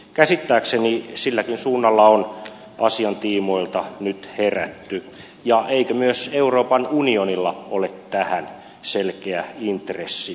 käsittääkseni silläkin suunnalla on asian tiimoilta nyt herätty ja eikö myös euroopan unionilla ole tähän selkeä intressi